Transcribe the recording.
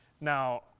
Now